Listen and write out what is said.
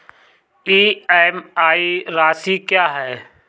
EMI राशि क्या है?